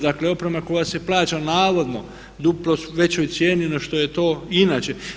Dakle, oprema koja se plaća navodno po duplo većoj cijeni no što je to inače.